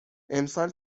امسال